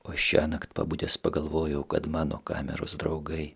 o šiąnakt pabudęs pagalvojau kad mano kameros draugai